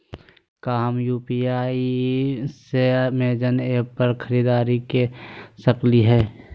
का हम यू.पी.आई से अमेजन ऐप पर खरीदारी के सकली हई?